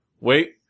wait